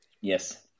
Yes